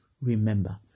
Remember